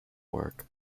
work